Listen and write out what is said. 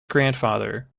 grandfather